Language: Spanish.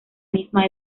misma